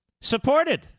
supported